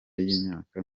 y’imyaka